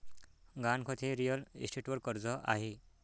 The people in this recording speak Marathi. गहाणखत हे रिअल इस्टेटवर कर्ज आहे